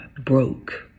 Broke